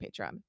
Patreon